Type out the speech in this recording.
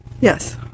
Yes